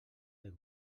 del